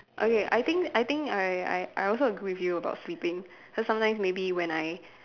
okay I think I think I I I also agree with you about sleeping cause sometimes maybe when I